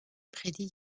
prédit